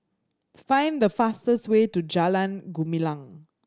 find the fastest way to Jalan Gumilang